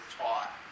taught